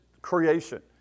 creation